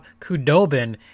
Kudobin